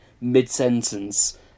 mid-sentence